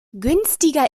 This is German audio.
günstiger